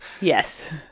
yes